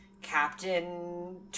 Captain